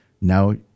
Now